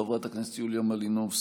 חברת הכנסת יוליה מלינובסקי,